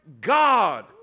God